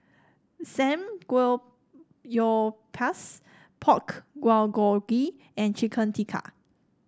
Pork Bulgogi and Chicken Tikka